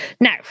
Now